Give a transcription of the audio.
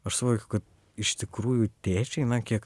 aš suvokiu kad iš tikrųjų tėčiai na kiek